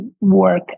work